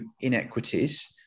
inequities